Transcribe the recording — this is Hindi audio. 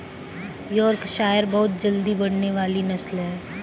योर्कशायर बहुत जल्दी बढ़ने वाली नस्ल है